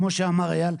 כמו שאמר איל.